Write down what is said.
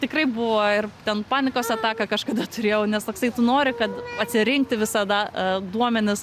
tikrai buvo ir ten panikos ataką kažkada turėjau nes toksai tu nori kad atsirinkti visada duomenis